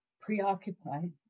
Preoccupied